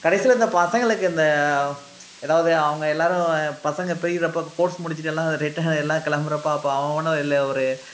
கடைசியில் இந்த பசங்களுக்கு இந்த ஏதாவது அவங்க எல்லாரும் பசங்க பிரிறப்போ கோர்ஸ் முடிச்சிவிட்டு எல்லாம் ரிட்டன் எல்லாம் கிளம்புறப்ப அப்போ அவன் அவனும் இல்லை ஒரு